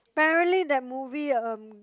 apparently that movie um